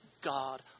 God